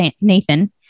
Nathan